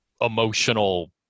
emotional